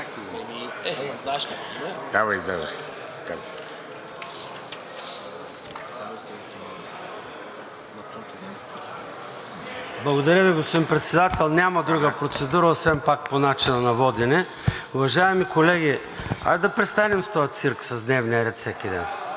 Благодаря Ви, господин Председател. Няма друга процедура освен пак по начина на водене. Уважаеми колеги, хайде да престанем с този цирк с дневния ред